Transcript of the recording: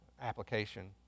Application